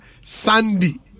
Sandy